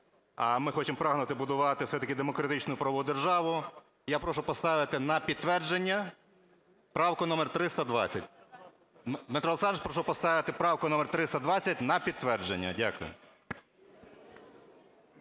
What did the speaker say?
а ми хочемо прагнути все-таки будувати все ж таки демократичну правову державу, я прошу поставити на підтвердження правку номер 320. Дмитре Олександровичу, прошу поставити правку 320 на підтвердження. Дякую.